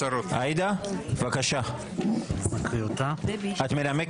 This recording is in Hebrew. של כל השינויים המשטריים שהקואליציה מנסה ומקדמת